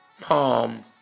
palm